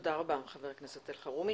תודה רבה ח"כ אלחרומי.